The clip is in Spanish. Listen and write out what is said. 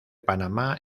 panamá